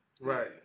Right